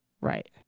Right